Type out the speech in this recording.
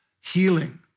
healing